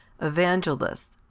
evangelists